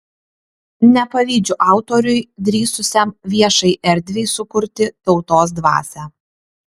nepavydžiu autoriui drįsusiam viešai erdvei sukurti tautos dvasią